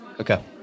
Okay